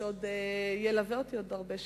ושילווה אותי עוד הרבה שנים.